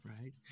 Right